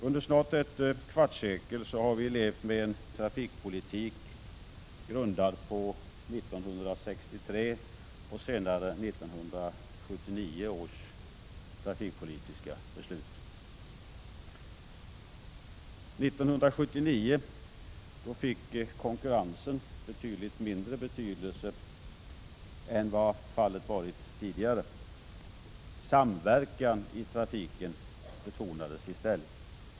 Under snart ett kvartssekel har vi levt med en trafikpolitik grundad på 1963 års trafikpolitiska beslut, så småningom följt av 1979 års trafikpolitiska beslut. År 1979 fick konkurrensen betydligt mindre betydelse än vad fallet hade varit tidigare. Samverkan i trafiken betonades i stället.